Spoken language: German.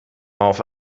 auf